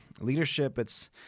leadership—it's